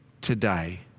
today